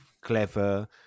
clever